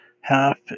half